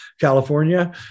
California